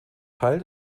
teil